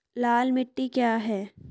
लाल मिट्टी क्या है?